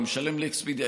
אני משלם לאקספדיה,